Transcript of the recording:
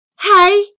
Hey